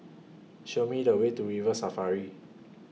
Show Me The Way to River Safari